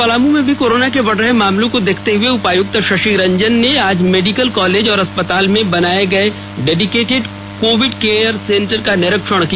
पलामू में भी कोरोना के बढ़ रहे मामलों को देखते हुए उपायुक्त शशि रंजन ने आज मेडिक कॉलेज और अस्पताल में बनाए गए डेडिकेटेड कोविड केयर सेंटर का निरीक्षण किया